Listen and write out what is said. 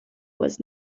was